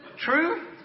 True